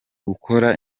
gukora